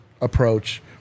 approach